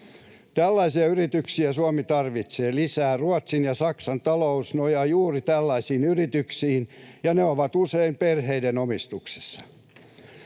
Tällaisia yrityksiä Suomi tarvitsee lisää. Ruotsin ja Saksan talous nojaa juuri tällaisiin yrityksiin, ja ne ovat usein perheiden omistuksessa.